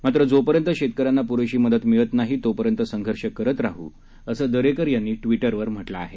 मात्र जोपर्यंत शेतकऱ्यांना पुरेशी मदत मिळणार नाही तोपर्यंत आम्ही संघर्ष करत राहू असं दरेकर यांनी ट्विटरवर म्हटलं आहे